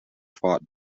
fought